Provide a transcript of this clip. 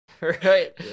Right